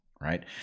right